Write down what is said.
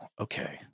Okay